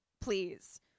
please